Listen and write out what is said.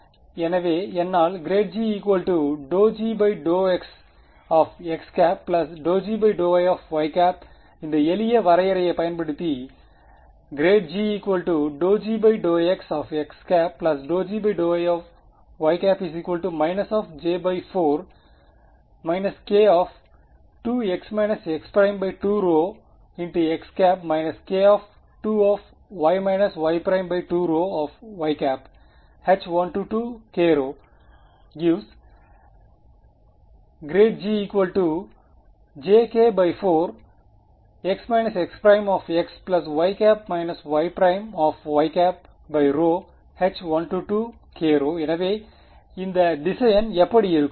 எனவே என்னால் ∇g ∂g∂xx ∂g∂y y இந்த எளிய வரையறையை பயன்படுத்தி ∇g ∂g∂xx ∂g∂y y j4 k2x x2x k2y y2y H1 ⇒ ∇g jk4 x xx y y y H1 எனவே இந்த திசையன் எப்படி இருக்கும்